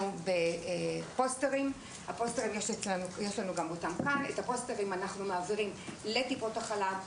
פוסטרים שאנחנו מעבירים לטיפות החלב,